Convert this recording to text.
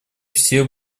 все